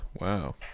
wow